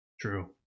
true